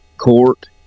court